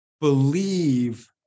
believe